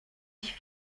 ich